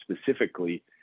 specifically